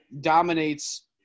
dominates